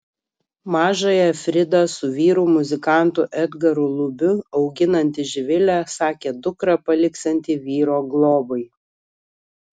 mažąją fridą su vyru muzikantu edgaru lubiu auginanti živilė sakė dukrą paliksianti vyro globai